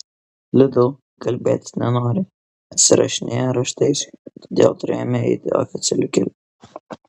lidl kalbėtis nenori atsirašinėja raštais todėl turėjome eiti oficialiu keliu